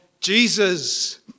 Jesus